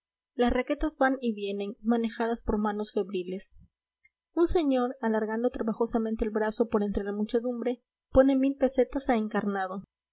las raquetas van y vienen manejadas por manos febriles un señor alargando trabajosamente el brazo por entre la muchedumbre pone pesetas a encarnado